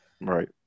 right